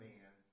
man